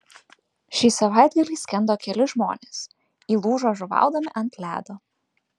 šį savaitgalį skendo keli žmonės įlūžo žuvaudami ant ledo